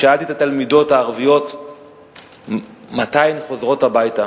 שאלתי את התלמידות הערביות מתי הן חוזרות הביתה,